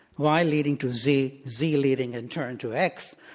y leading to z, z leading in turn to x.